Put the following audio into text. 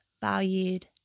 valued